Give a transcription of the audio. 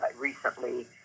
recently